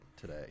today